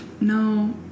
no